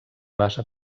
base